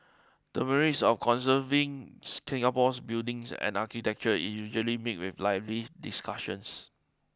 the merits of conserving Singapore's buildings and architecture is usually meet with lively discussions